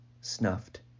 snuffed